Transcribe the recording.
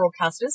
broadcasters